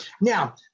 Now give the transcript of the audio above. Now